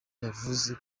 yavuze